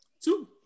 Two